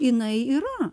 jinai yra